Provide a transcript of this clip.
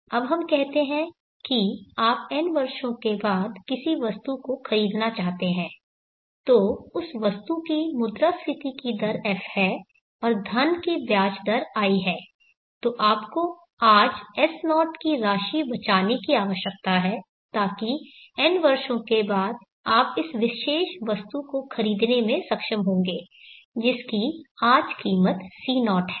अब हम कहते हैं कि आप n वर्षों के बाद किसी वस्तु को खरीदना चाहते हैं तो उस वस्तु की मुद्रास्फीति की दर f है और धन की ब्याज दर i है तो आपको आज S0 की राशि बचाने की आवश्यकता है ताकि n वर्षों के बाद आप इस विशेष वस्तु को खरीदने में सक्षम होंगे जिसकी आज कीमत C0 है